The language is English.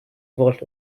vault